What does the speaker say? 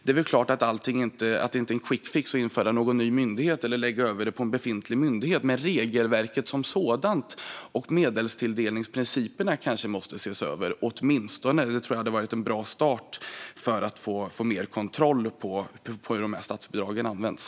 Det är väl klart att det inte är en quickfix att införa en ny myndighet eller att lägga över det på en befintlig myndighet, men regelverket som sådant och medelstilldelningsprinciperna kanske måste ses över. Jag tror att det åtminstone hade varit en bra start för att få mer kontroll på hur de här statsbidragen används.